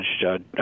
Judge